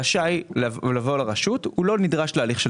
רשאי לבוא לרשות בלי שיידרש להליך של